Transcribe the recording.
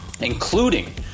including